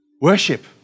Worship